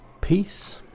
Peace